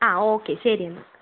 ആ ഓക്കേ ശരിയെന്നാൽ